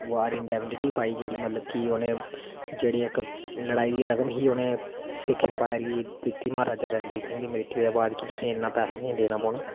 पाई जेह्ड़ी मतलब कि उ'नें जेह्ड़ी इक्क लड़ाई दी रकम ही उ'नें सिक्ख एम्पायर गी दित्ती जेह्ड़ी महाराज रंजीत सिंह दी मृत्यु दे बाद की इन्ना पैसा तुसेंगी देना पौना